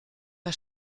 der